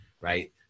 right